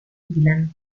dylan